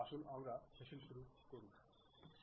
আসুন আমাদের সেশন শুরু করা যাক